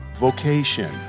vocation